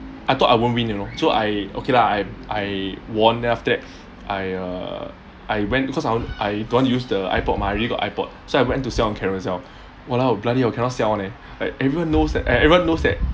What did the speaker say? I thought I won't win you know so I okay lah I I won then after that I uh I went because I I don't want to use the AirPod mah I already got AirPod so I went to sell on carousell !walao! bloody cannot sell one leh like everyone knows that everyone knows that